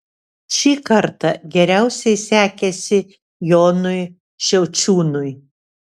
šį kartą geriausiai sekėsi jonui šiaučiūnui